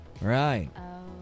Right